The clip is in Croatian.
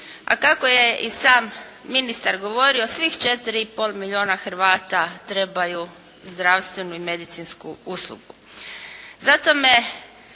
A kako je i sam ministar govorio, svih 4 i pol milijuna Hrvata trebaju zdravstvenu i medicinsku uslugu.